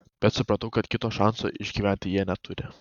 bet supratau kad kito šanso išgyventi jie neturi